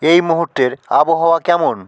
এই মুহুর্তের আবহাওয়া কেমন